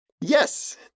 Yes